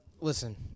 Listen